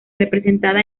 representada